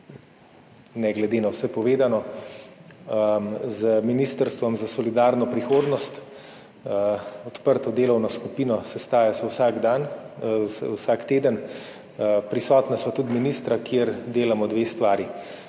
ne glede na vse povedano, z Ministrstvom za solidarno prihodnost odprto delovno skupino, sestaja se vsak teden, prisotna sva tudi ministra, delamo dve stvari.